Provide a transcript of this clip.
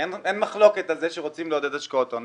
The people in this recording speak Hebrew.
אין מחלוקת על זה שרוצים לעודד השקעות הון.